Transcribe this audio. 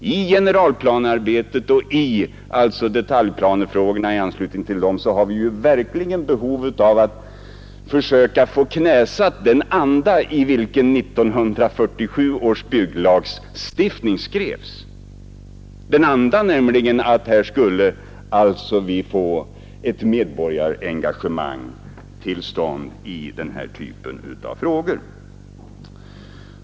I generalplanearbetet och i detaljplanefrågorna i anslutning därtill har vi ju verkligen behov av att försöka få den anda knäsatt i vilken 1947 års bygglagstiftning skrevs — den andan nämligen att här skulle vi få ett medborgarengagemang till stånd i denna typ av frågor.